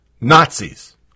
Nazis